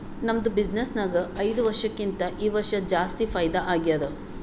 ನಮ್ದು ಬಿಸಿನ್ನೆಸ್ ನಾಗ್ ಐಯ್ದ ವರ್ಷಕ್ಕಿಂತಾ ಈ ವರ್ಷ ಜಾಸ್ತಿ ಫೈದಾ ಆಗ್ಯಾದ್